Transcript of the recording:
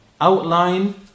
outline